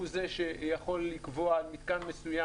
הוא זה שיכול לקבוע על מיתקן מסוים,